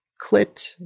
clit